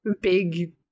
big